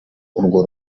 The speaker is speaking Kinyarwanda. urwo